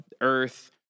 Earth